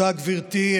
תודה, גברתי.